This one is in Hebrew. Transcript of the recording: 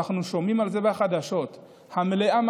ואנו שומעים על זה בחדשות המליאה לא